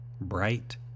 Bright